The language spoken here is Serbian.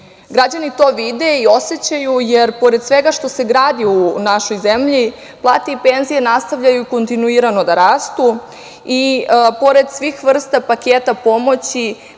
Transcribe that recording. Građani to vide i osećaju, jer pored svega što se gradi u našoj zemlji, plate i penzije nastavljaju kontinuirano da rastu i pored svih vrsta paketa pomoći